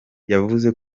yavuze